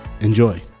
enjoy